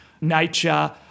nature